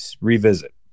revisit